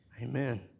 Amen